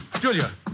Julia